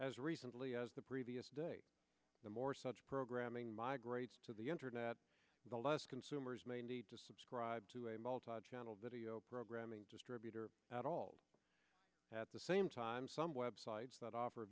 simply as the previous day the more such programming migrate to the internet the less consumers may need to subscribe to a multitude of video programming distributor out all at the same time some web sites that offer